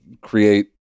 create